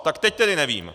Tak teď tedy nevím!